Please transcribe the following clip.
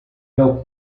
meu